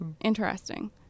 interesting